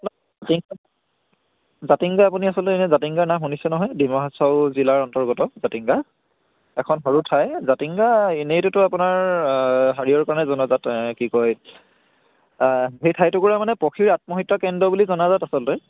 জাতিংগা আপুনি আচলতে এনে জাতিংগা নাম শুনিছে নহয় ডিমা হাছাও জিলাৰ অন্তৰ্গত জাতিংগা এখন সৰু ঠাই জাতিংগা এনেইটোতো আপোনাৰ হেৰিয়ৰ কাৰণে জনাজাত কি কয় সেই ঠাই টুকুৰা মানে পক্ষীৰ আত্মহত্য কেন্দ্ৰ বুলি জনাজাত আচলতে